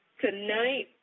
Tonight